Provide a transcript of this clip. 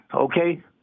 okay